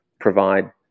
provide